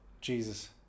Jesus